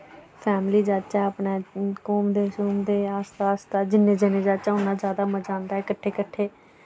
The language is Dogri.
फैमली जाह्चै अपने घुमदे शुमदे आस्ता आस्ता जिन्ने जने जाह्चै उन्ना ज्यादा मजा आंदा कट्ठे कट्ठे